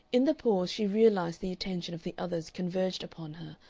in the pause she realized the attention of the others converged upon her,